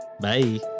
bye